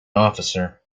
officer